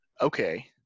okay